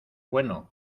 bueno